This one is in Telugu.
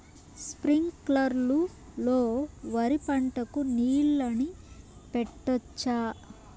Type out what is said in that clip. స్ప్రింక్లర్లు లో వరి పంటకు నీళ్ళని పెట్టొచ్చా?